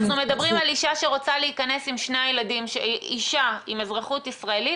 אנחנו מדברים על אישה עם אזרחות ישראלית